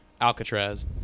Alcatraz